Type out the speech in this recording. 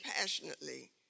passionately